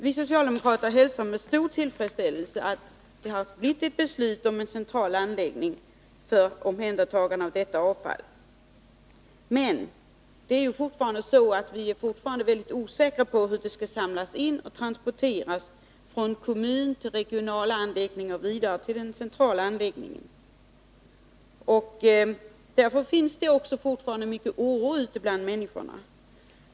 Vi socialdemokrater hälsar med stor tillfredsställelse att det har fattats ett beslut om en central anläggning för omhändertagande av miljöfarligt avfall. Men vi är fortfarande väldigt osäkra på hur det kan samlas in och transporteras från kommun till regional anläggning och vidare till den centrala anläggningen. Därför finns det också fortfarande mycken oro ute bland människorna.